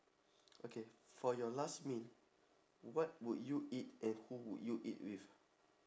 okay for your last meal what would you eat and who would you eat with